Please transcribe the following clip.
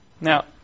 Now